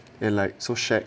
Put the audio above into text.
and like so shag